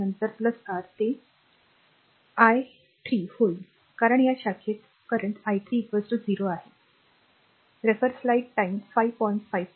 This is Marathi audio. नंतर r ते i i3 होतील कारण या शाखेत चालू i3 0 आहे